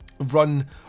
run